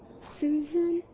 susan,